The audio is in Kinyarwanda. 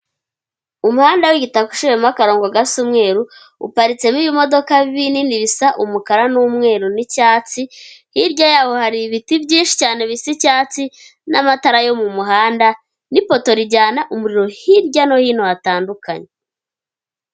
Umuhanda w'igitaka uciyemo akarongo gasa umweru, uparitsemo ibimodoka binini bisa umukara n'umweru n'icyatsi, hirya yaho hari ibiti byinshi cyane bisa icyatsi n'amatara yo mu muhanda n'ipoto rijyana umuriro hirya no hino hatandukanye.